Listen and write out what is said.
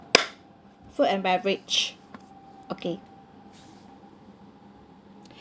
food and beverage okay